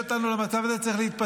אף מילה אין לך לומר?